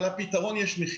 אבל חלקם מגיע